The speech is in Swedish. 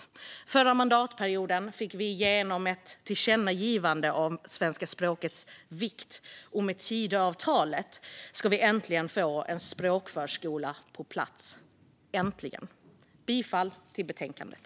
Under förra mandatperioden fick vi moderater igenom ett tillkännagivande om vikten av det svenska språket, och med Tidöavtalet ska vi äntligen få en språkförskola på plats. Jag yrkar bifall till förslagen i betänkandet.